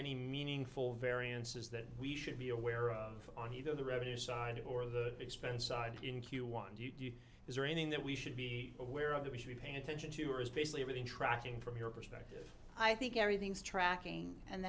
any meaningful variances that we should be aware of on either the revenue side or the expense side in q one is there anything that we should be aware of that we should be paying attention to or is basically retracting from your perspective i think everything's tracking and